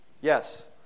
Yes